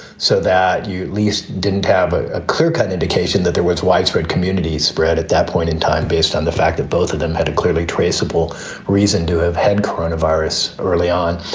so that at least didn't have ah a clearcut indication that there was widespread community spread at that point in time based on the fact that both of them had a clearly traceable reason to have had coronavirus early on.